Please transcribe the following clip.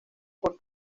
por